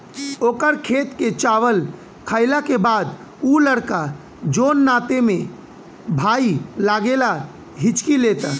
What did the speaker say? ओकर खेत के चावल खैला के बाद उ लड़का जोन नाते में भाई लागेला हिच्की लेता